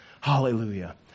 Hallelujah